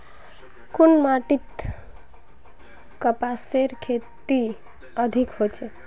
कुन माटित कपासेर खेती अधिक होचे?